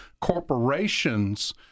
corporations